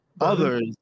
Others